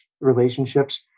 relationships